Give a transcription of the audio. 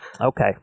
Okay